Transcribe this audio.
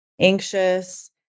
anxious